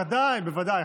בוודאי, בוודאי.